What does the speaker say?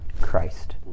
Christ